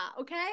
okay